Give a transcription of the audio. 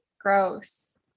Gross